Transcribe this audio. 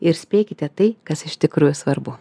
ir spėkite tai kas iš tikrųjų svarbu